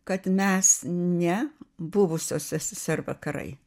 kad mes ne buvusio sssr vakarai